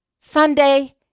Sunday